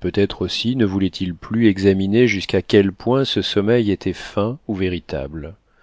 peut-être aussi ne voulait-il plus examiner jusqu'à quel point ce sommeil était feint ou véritable